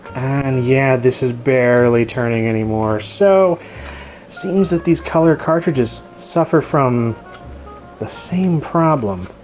and yeah this is barely turning anymore. so seems that these color cartridges suffer from the same problem.